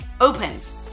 opens